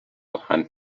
and